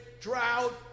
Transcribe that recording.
drought